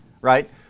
right